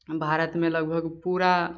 भारतमे लगभग पूरा